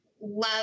love